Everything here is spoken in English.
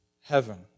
heaven